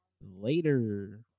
Later